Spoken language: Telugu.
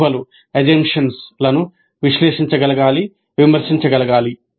లను విశ్లేషించగలగాలి విమర్శించగలగాలి